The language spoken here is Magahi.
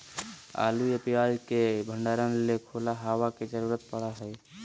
आलू या प्याज के भंडारण ले खुला हवा के जरूरत पड़य हय